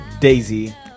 Daisy